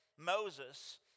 Moses